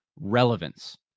relevance